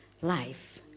life